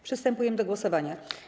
Przystępujemy do głosowania.